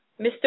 Mr